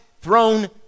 throne